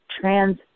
trans